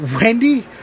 Wendy